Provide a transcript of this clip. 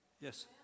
Yes